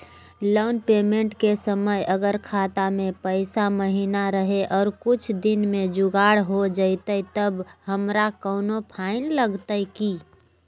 Loan payment के समय अगर खाता में पैसा महिना रहै और कुछ दिन में जुगाड़ हो जयतय तब की हमारा कोनो फाइन लगतय की?